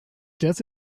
death